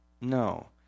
No